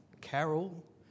Carol